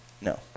No